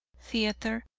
theatre,